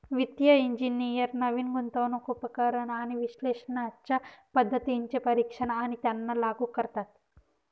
वित्तिय इंजिनियर नवीन गुंतवणूक उपकरण आणि विश्लेषणाच्या पद्धतींचे परीक्षण आणि त्यांना लागू करतात